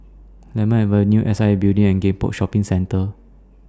Lemon Avenue S I A Building and Gek Poh Shopping Centre